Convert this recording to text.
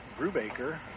Brubaker